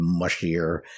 mushier